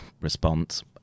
response